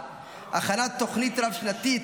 הכנת תוכנית רב-שנתית,